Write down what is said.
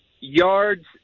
yards